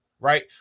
right